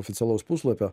oficialaus puslapio